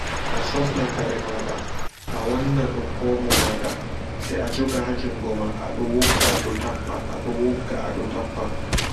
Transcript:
A sofna karemada awannadum omo maada se ajoga ha jungo ma ado wogga ado tappa ado wogga a ɗo tappa.